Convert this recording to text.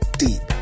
deep